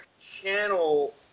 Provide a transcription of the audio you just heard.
channel